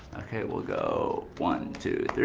okay, we'll go, one, two, three.